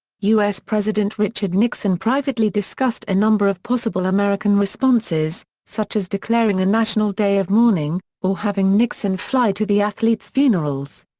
u s. president richard richard nixon privately discussed a number of possible american responses, such as declaring a national day of mourning, or having nixon fly to the athletes' funerals.